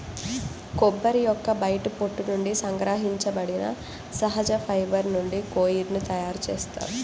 కొబ్బరి యొక్క బయటి పొట్టు నుండి సంగ్రహించబడిన సహజ ఫైబర్ నుంచి కోయిర్ ని తయారు చేస్తారు